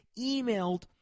emailed